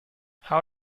how